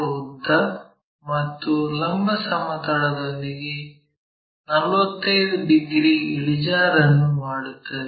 ಉದ್ದ ಮತ್ತು ಲಂಬ ಸಮತಲದೊಂದಿಗೆ 45 ಡಿಗ್ರಿ ಇಳಿಜಾರನ್ನು ಮಾಡುತ್ತದೆ